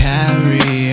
Carry